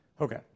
Okay